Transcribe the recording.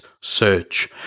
Search